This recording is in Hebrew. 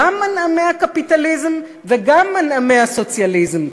גם מנעמי הקפיטליזם וגם מנעמי הסוציאליזם,